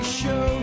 show